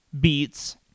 beats